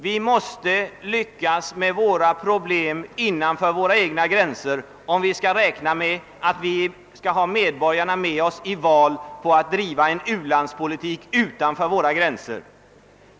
Vi måste lyckas lösa problemen innanför våra egna gränser om vi skall räkna med att medborgarna i val vill vara med om en intensifierad u-landspolitik.